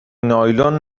نایلون